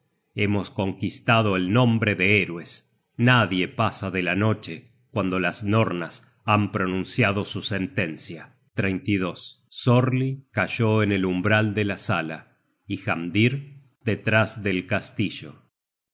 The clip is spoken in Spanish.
hemos conquistado el nombre de héroes nadie pasa de la noche cuando las nornas han pronunciado su sentencia content from google book search generated at sorli cayó en el umbral de la sala y hamdir detrás del castillo